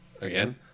Again